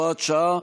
הוראת שעה),